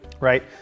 right